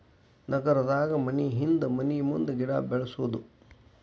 ನಗರದಾಗ ಮನಿಹಿಂದ ಮನಿಮುಂದ ಗಿಡಾ ಬೆಳ್ಸುದು